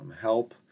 help